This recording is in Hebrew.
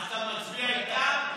אתה מצביע איתם?